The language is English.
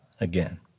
again